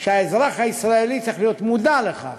והאזרח הישראלי צריך להיות מודע לכך.